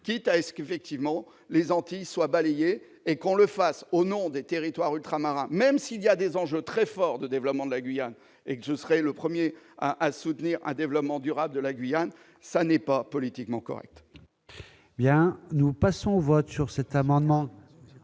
quitte à ce que les Antilles soient balayées. Mais qu'on le fasse au nom des territoires ultramarins, même s'il y a des enjeux très forts de développement de la Guyane- je serai le premier à soutenir un développement durable de ce territoire -, ce n'est pas politiquement correct